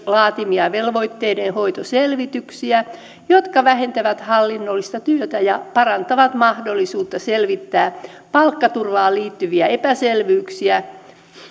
laatimia velvoitteidenhoitoselvityksiä jotka vähentävät hallinnollista työtä ja parantavat mahdollisuutta selvittää palkkaturvaan liittyviä epäselvyyksiä